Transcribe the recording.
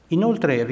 Inoltre